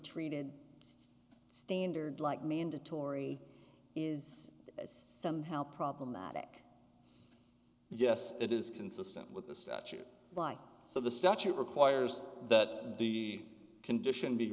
treated standard like mandatory is somehow problematic yes it is consistent with the statute so the statute requires that the condition be